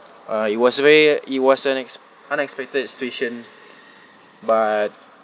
uh it was a very it was an ex~ unexpected situation but